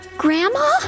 Grandma